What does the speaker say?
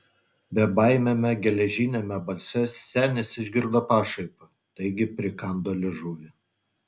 bebaimiame geležiniame balse senis išgirdo pašaipą taigi prikando liežuvį